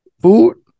Food